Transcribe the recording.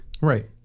Right